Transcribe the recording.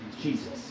Jesus